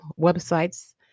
websites